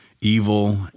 evil